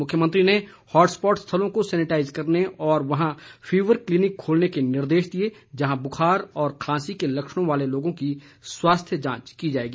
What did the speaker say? मुख्यमंत्री ने hot spot स्थलों को सैनिटाइज करने और वहां फीवर क्लीनिक खोलने के निर्देश दिए जहां बुखार और खांसी के लक्षणों वाले लोगों की स्वास्थ्य जांच की जाएगी